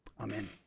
Amen